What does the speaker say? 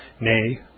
nay